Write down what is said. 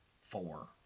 four